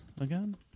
again